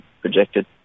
projected